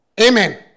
Amen